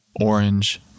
orange